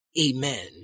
Amen